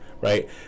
right